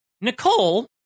Nicole